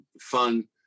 fun